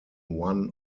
one